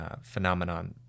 Phenomenon